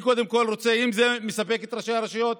אם זה מספק את ראשי הרשויות,